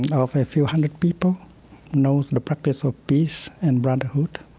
and of a few hundred people knows the practice of peace and brotherhood,